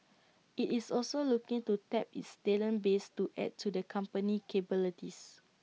IT is also looking to tap its talent base to add to the company's capabilities